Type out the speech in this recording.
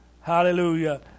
Hallelujah